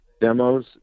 demos